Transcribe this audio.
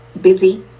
busy